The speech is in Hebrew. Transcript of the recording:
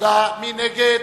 מי נגד?